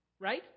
Right